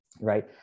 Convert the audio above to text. Right